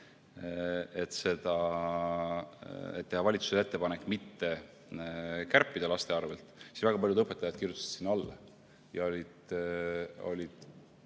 et teha valitsusele ettepanek mitte kärpida laste arvel, siis väga paljud õpetajad kirjutasid sinna alla ja olid väga